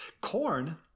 Corn